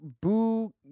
boo